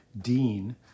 dean